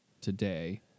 today